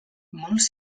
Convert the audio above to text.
molts